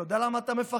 אתה יודע למה אתה מפחד?